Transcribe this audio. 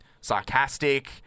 sarcastic